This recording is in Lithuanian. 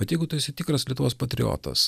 bet jeigu tu esi tikras lietuvos patriotas